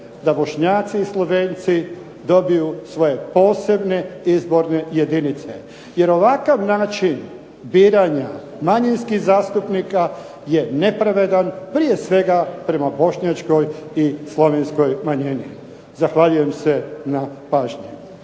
da Bošnjaci i Slovenci dobiju svoje posebne izborne jedinice. Jer ovakav način biranja manjinskih zastupnika je nepravedan prije svega prema bošnjačkoj i slovenskoj manjini. Zahvaljujem se na pažnji.